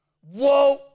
Whoa